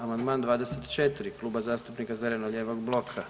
Amandman 24 Klub zastupnika zeleno-lijevog bloka.